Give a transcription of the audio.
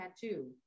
tattoo